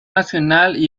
nacional